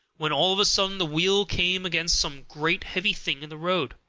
when all of a sudden the wheel came against some great heavy thing in the road,